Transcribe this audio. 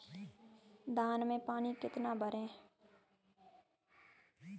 धान में पानी कितना भरें?